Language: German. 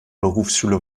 berufsschule